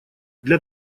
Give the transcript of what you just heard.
для